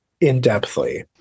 in-depthly